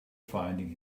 finding